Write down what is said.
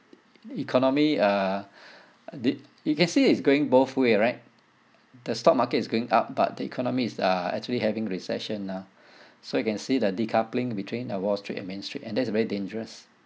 economy uh did you can see it's going both way right the stock market is going up but the economy is uh actually having recession now so you can see the decoupling between the wall street and main street and that is a very dangerous